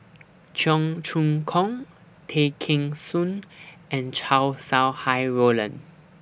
Cheong Choong Kong Tay Kheng Soon and Chow Sau Hai Roland